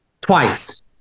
Twice